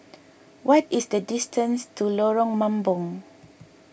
what is the distance to Lorong Mambong